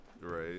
Right